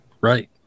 right